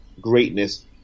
greatness